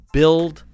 Build